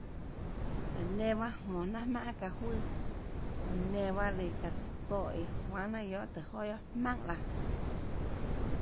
Laã nenã pahâ jmonå jnanà jmaùnhà guiohà çaâ juøàçounã nenã pahâ lùã çaã tóhã iã juanhà jnanàtùhå joà guiohà jmaùnhà laã